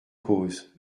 cause